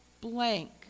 blank